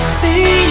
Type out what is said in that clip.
see